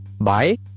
Bye